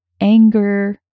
anger